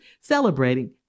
celebrating